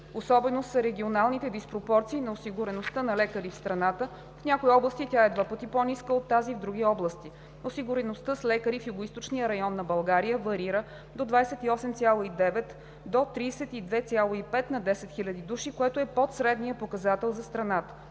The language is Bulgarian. Особеност са регионалните диспропорции на осигуреността на лекари в страната – в някои области тя е два пъти по-ниска от тази в други области. Осигуреността с лекари в Югоизточния район на България варира от 28,9 до 32,5 на 10 000 души, което е под средния показател за страната.